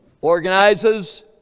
organizes